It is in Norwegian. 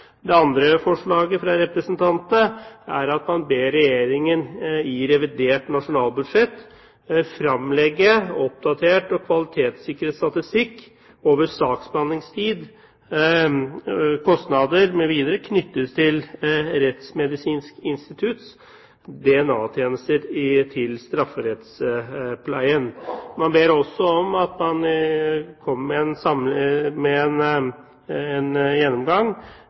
Det andre forslaget fra representantene er at man ber Regjeringen i forbindelse med revidert nasjonalbudsjett fremlegge oppdatert og kvalitetssikret statistikk over saksbehandlingstid, kostnader mv. knyttet til Rettsmedisinsk institutts DNA-tjenester til strafferettspleien. Man ber også om